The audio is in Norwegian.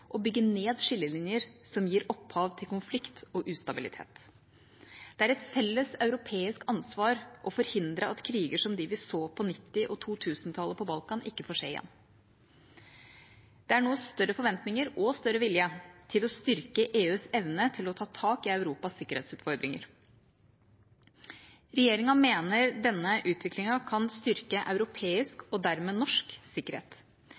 og bygge ned skillelinjer som gir opphav til konflikt og ustabilitet. Det er et felles europeisk ansvar å forhindre at kriger som dem vi så på 1990- og 2000-tallet på Balkan, ikke får skje igjen. Det er nå større forventninger – og større vilje – til å styrke EUs evne til å ta tak i Europas sikkerhetsutfordringer. Regjeringa mener denne utviklingen kan styrke europeisk, og dermed norsk, sikkerhet.